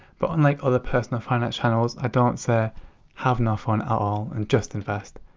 but unlike other personal finance channels, i don't say have no fun, at all and just invest.